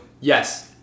Yes